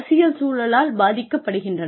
அரசியல் சூழலால் பாதிக்கப்படுகின்றன